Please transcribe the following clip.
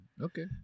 Okay